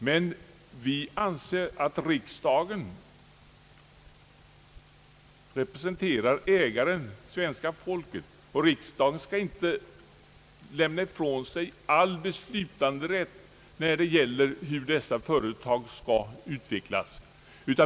Men vi anser att riksdagen representerar ägaren — svenska folket — och att riksdagen inte skall lämna ifrån sig all beslutanderätt i fråga om hur dessa företag skall utvecklas.